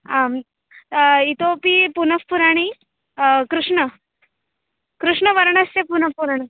आम् इतोऽपि पुनः पुराणं कृष्णः कृष्णवर्णस्य पुनः पूरणम्